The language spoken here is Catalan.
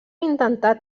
intentat